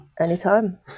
anytime